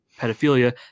pedophilia